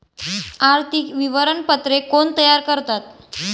आर्थिक विवरणपत्रे कोण तयार करतात?